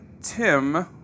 Tim